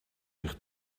zich